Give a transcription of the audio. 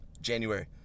January